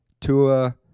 Tua